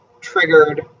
triggered